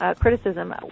criticism